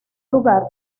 lugar